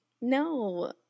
no